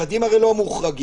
הרי ילדים לא מוחרגים,